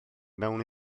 mewn